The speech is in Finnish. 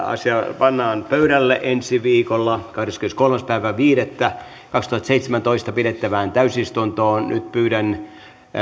asia pannaan pöydälle kahdeskymmeneskolmas viidettä kaksituhattaseitsemäntoista pidettävään täysistuntoon asia siis jää pöydälle nyt pyydän